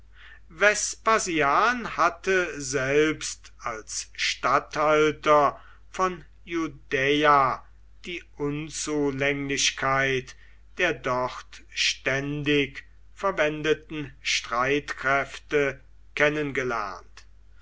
hatte selbst als statthalter von judäa die unzulänglichkeit der dort ständig verwendeten streitkräfte